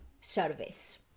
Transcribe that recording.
service